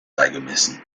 beigemessen